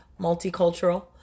multicultural